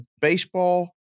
baseball